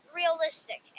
realistic